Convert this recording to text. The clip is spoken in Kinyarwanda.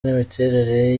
n’imiterere